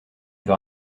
veut